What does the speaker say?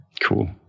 Cool